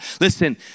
Listen